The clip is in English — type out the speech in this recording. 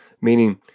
Meaning